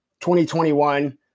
2021